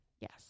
Yes